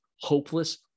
hopeless